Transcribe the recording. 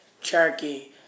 Cherokee